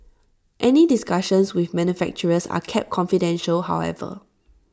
any discussions with manufacturers are kept confidential however